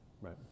right